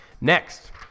Next